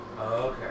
okay